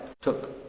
took